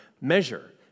measure